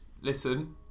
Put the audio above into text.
listen